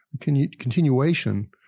continuation